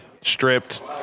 stripped